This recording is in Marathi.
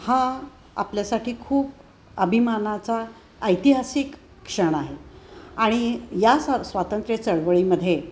हा आपल्यासाठी खूप अभिमानाचा ऐतिहासिक क्षण आहे आणि या स स्वातंत्र्य चळवळीमध्ये